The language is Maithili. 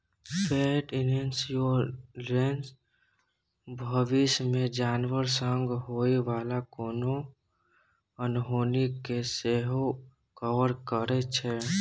पेट इन्स्योरेन्स भबिस मे जानबर संग होइ बला कोनो अनहोनी केँ सेहो कवर करै छै